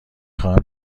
خواهم